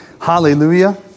Hallelujah